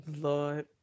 lord